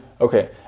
Okay